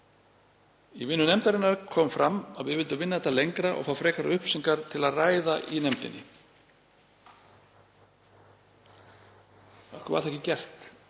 „Í vinnu nefndarinnar kom fram að við vildum vinna þetta lengra og fá frekari upplýsingar til að ræða í nefndinni.“ Af hverju var það ekki gert